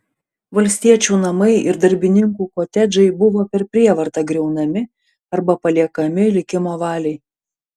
valstiečių namai ir darbininkų kotedžai buvo per prievartą griaunami arba paliekami likimo valiai